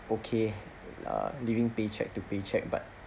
okay uh living pay cheque to pay cheque but